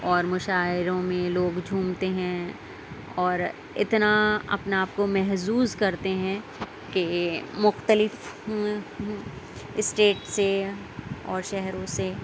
اور مشاعروں میں لوگ جھومتے ہیں اور اتنا اپنے آپ کو محفوظ کرتے ہیں کہ مختلف اسٹیٹ سے اور شہروں سے